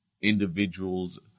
individuals